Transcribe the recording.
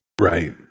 Right